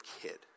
kid